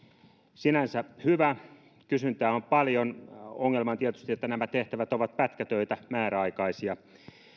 sinänsä hyvä kysyntää on paljon ongelma on tietysti että nämä tehtävät ovat pätkätöitä määräaikaisia